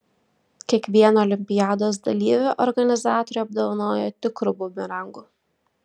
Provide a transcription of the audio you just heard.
kiekvieną olimpiados dalyvį organizatoriai apdovanojo tikru bumerangu